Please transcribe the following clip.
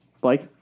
Blake